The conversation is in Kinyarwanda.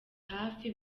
hafi